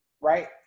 right